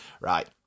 right